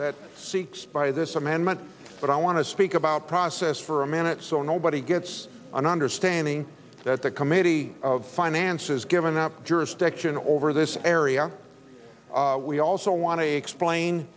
that seeks by this amendment but i want to speak about process for a minute so nobody gets an understanding that the committee of finances given up jurisdiction over this area we also want to explain